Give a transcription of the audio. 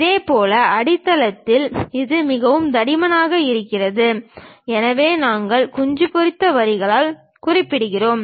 இதேபோல் அடித்தளத்தில் இது மிகவும் தடிமனாக இருக்கிறது எனவே நாங்கள் குஞ்சு பொரித்த வரிகளால் குறிக்கப்படுகிறோம்